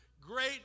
great